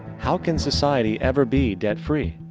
how can society ever be debt free?